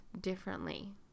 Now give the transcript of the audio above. differently